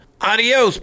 Adios